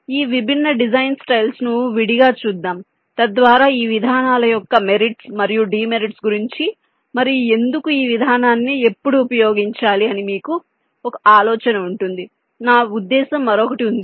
ఈ విభిన్న design styles ను విడిగా చూద్దాం తద్వారా ఈ విధానాల యొక్క మెరిట్స్ మరియు డిమెరిట్స్ గురించి మరియు ఎందుకు ఈ విధానాన్ని ఎప్పుడు ఉపయోగించాలి అని మీకు ఒక ఆలోచన ఉంటుంది నా ఉద్దేశ్యం మరొకటి వుంది